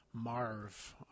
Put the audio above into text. Marv